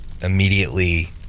immediately